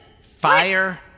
Fire